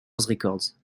records